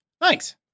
Thanks